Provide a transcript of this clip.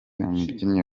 umubyinnyi